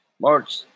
March